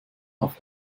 auf